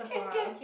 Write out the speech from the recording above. can can